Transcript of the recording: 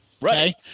Right